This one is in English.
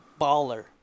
baller